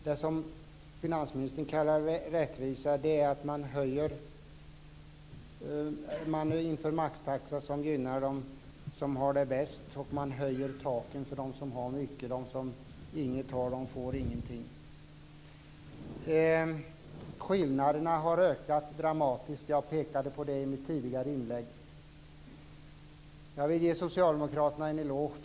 Det som finansministern kallar rättvisa är att man inför en maxtaxa som gynnar dem som har det bäst och att man höjer taken för dem som har mycket. De som inget har får ingenting. Skillnaderna har ökat dramatiskt. Jag pekade på det i mitt tidigare inlägg. Jag vill ge socialdemokraterna en eloge.